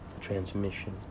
transmission